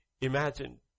Imagine